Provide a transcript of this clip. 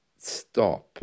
stop